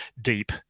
deep